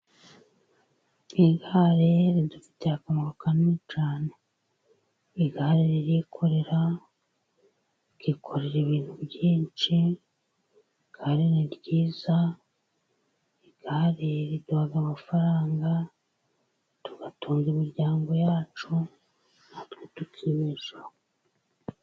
Igare ridufitiye akamaro kanini cyane. Igare ririkorera rikikorera ibintu byinshi, igare ni ryiza. Igare riduha amafaranga tugatunga imiryango yacu natwe tukibeshaho.